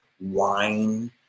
wine